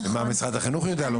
ומה משרד החינוך יודע לומר.